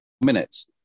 minutes